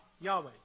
Yahweh